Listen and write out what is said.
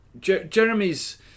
Jeremy's